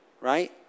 right